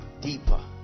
deeper